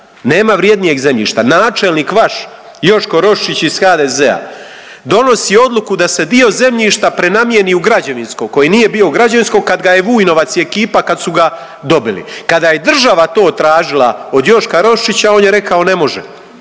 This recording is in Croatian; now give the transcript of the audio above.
nema vrjednijeg zemljišta. Načelnik vaš Joško Roščić iz HDZ-a donosi odluku da se dio zemljišta prenamijeni u građevinsko koje nije bio građevinsko kad ga je Vujnovac i ekipa kad su ga dobili. Kada je država to tražila od Joška Roščića on je rekao ne može,